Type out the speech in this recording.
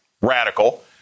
radical